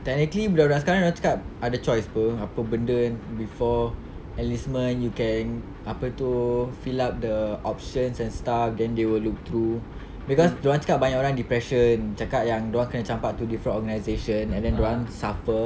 technically budak-budak sekarang dorang cakap ada choice [pe] apa benda before enlistment you can apa tu fill up the options and stuff then they will look through cause dorang cakap banyak orang depression cakap yang dorang kena campak to different organisation and then dorang suffer